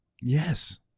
Yes